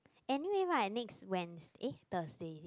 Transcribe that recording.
anyway right next Wednes~ eh Thursday is it